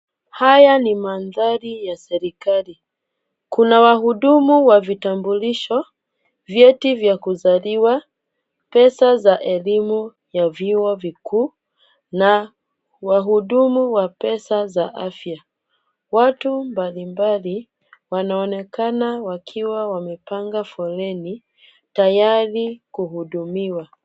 Haya ni mandhari ya serikali. Kuna wahudumu wa vitambulisho, vyeti vya kuzaliwa, pesa za elimu ya vyuo vikuu na wahudumu wa pesa za afya. Watu mbalimbali wanaonekana wakiwa wamepanga foleni tayari kuhudumiwa.